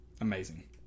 Amazing